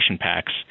packs